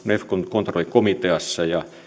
kontrollikomiteassa